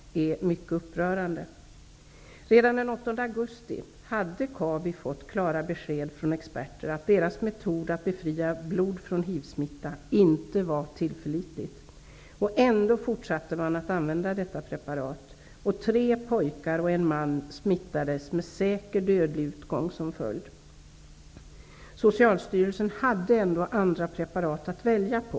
Redan den 8 augusti hade Kabi fått klara besked från experter om att deras metod att befria blod från hivsmitta inte var tillförlitlig. Ändå fortsatte man att använda detta preparat. Tre pojkar och en man smittades med säker dödlig utgång som följd. Socialstyrelsen hade ändå andra preparat att välja på.